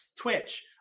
Twitch